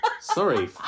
Sorry